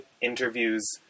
interviews